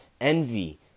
envy